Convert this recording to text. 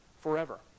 forever